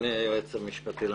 אדוני היועץ המשפטי לממשלה,